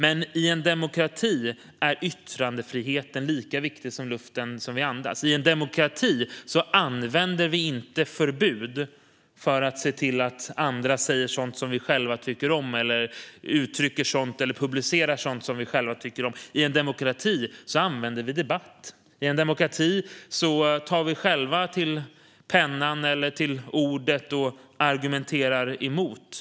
Men i en demokrati är yttrandefrihet lika viktig som luften vi andas. I en demokrati använder vi inte förbud för att se till att folk säger, uttrycker eller publicerar sådant vi själva tycker om. I en demokrati använder vi debatt. I en demokrati tar vi själva till ordet eller pennan och argumenterar emot.